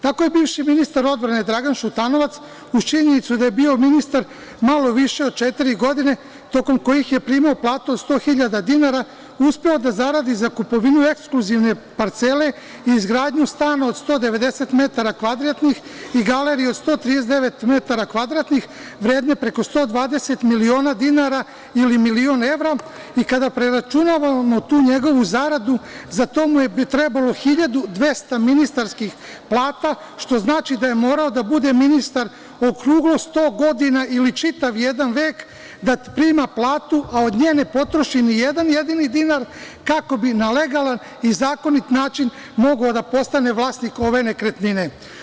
Tako je bivši ministar odbrane Dragan Šutanovac, uz činjenicu da je bio ministar malo više od četiri godine, tokom kojih je primao platu od 100.000 dinara, uspeo da zaradi za kupovinu ekskluzivne parcele i izgradnju stana od 190 metara kvadratnih i galeriju od 139 metara kvadratnih, vredne preko 120 miliona dinara ili milion evra, i kada preračunavamo tu njegovu zaradu za to mu je trebalo 1.200 ministarskih plata, što znači da je morao da bude ministar okruglo 100 godina ili čitav jedan vek, da prima platu, a od nje ne potroši ni jedan jedini dinar kako bi na legalan i zakonit način mogao da postane vlasnik ove nekretnine.